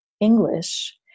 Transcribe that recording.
English